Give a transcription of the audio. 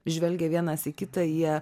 žvelgia vienas į kitą jie